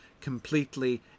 completely